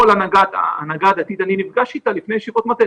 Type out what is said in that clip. אני נפגש עם כל ההנהגה הדתית לפני ישיבות מטה.